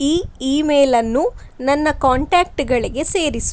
ಈ ಇಮೇಲನ್ನು ನನ್ನ ಕಾಂಟಾಕ್ಟ್ಗಳಿಗೆ ಸೇರಿಸು